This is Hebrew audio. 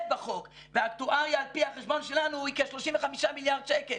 בחוק והאקטואריה על פי החשבון שלנו היא כ-35 מיליארד שקל.